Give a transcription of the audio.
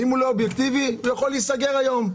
אם הוא לא אובייקטיבי הוא יכול להיסגר היום.